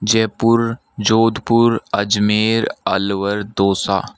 Jaipur Jodhpur Ajmer Alwar dosa